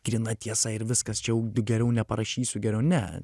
gryna tiesa ir viskas čia jau geriau neparašysiu geriau ne